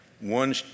one